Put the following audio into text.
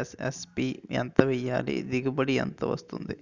SSP ఎంత వేయాలి? దిగుబడి ఎంత వస్తుంది?